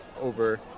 over